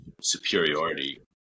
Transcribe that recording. superiority